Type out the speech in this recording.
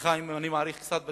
סליחה אם אני מאריך קצת בדברים,